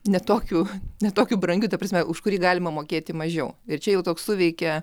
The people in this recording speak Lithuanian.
ne tokiu ne tokiu brangiu ta prasme už kurį galima mokėti mažiau ir čia jau toks suveikia